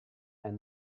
and